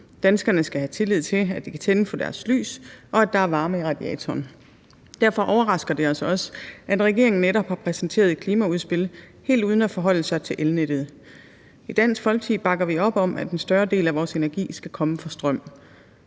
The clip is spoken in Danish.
Danskerne skal have tillid til, at de kan tænde for deres lys, og at der er varme i radiatoren. Derfor overrasker det os også, at regeringen netop har præsenteret et klimaudspil helt uden at forholde sig til elnettet. I Dansk Folkeparti bakker vi op om, at en større del af energien skal komme fra strøm.